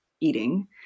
eating